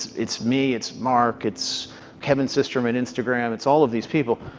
it's me, it's mark, it's kevin systrom at instagram, it's all of these people,